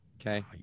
Okay